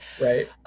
Right